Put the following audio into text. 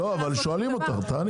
לא, אבל שואלים אותך, תעני.